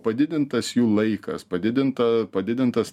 padidintas jų laikas padidinta padidintas